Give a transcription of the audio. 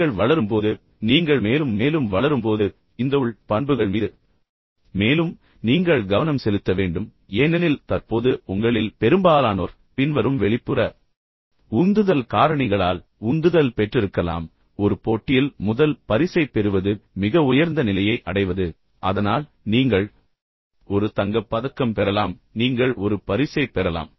நீங்கள் வளரும்போது நீங்கள் மேலும் மேலும் வளரும்போது இந்த உள் பண்புகள் மீது மேலும் நீங்கள் கவனம் செலுத்த வேண்டும் ஏனெனில் தற்போது உங்களில் பெரும்பாலானோர் பின்வரும் வெளிப்புற உந்துதல் காரணிகளால் உந்துதல் பெற்றிருக்கலாம் ஒரு போட்டியில் முதல் பரிசைப் பெறுவது மிக உயர்ந்த நிலையை அடைவது அதனால் நீங்கள் ஒரு தங்கப் பதக்கம் பெறலாம் நீங்கள் ஒரு பரிசைப் பெறலாம்